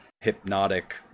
hypnotic